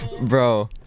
Bro